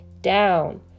down